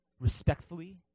respectfully